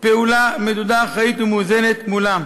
פעולה מדודה, אחראית ומאוזנת מולם.